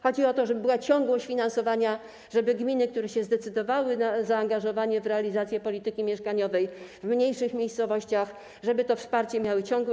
Chodzi o to, żeby była ciągłość finansowania, żeby gminy, które się zdecydowały na zaangażowanie w realizację polityki mieszkaniowej w mniejszych miejscowościach, to wsparcie miały ciągłe.